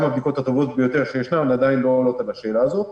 גם הבדיקות הטובות ביותר שישנן עדין לא עונות על השאלה הזאת.